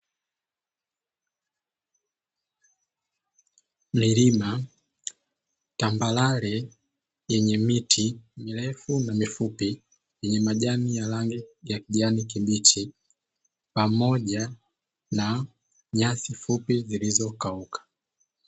Milima tambarare yenye miti mirefu na mifupi, yenye majani ya rangi ya kijani kibichi pamoja na nyasi fupi zilizokauka.